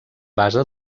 base